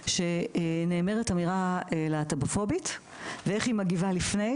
שנאמרת אמירה להט"בופובית ואיך היא מגיבה לפני,